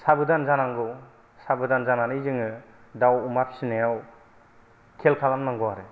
साबदान जानांगौै साबदान जानानै जोङो दाउ अमा फिसिनायाव खेल खालामनांगौ आरो